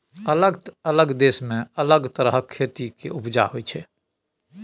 अलग अलग देश मे अलग तरहक खेती केर उपजा होइ छै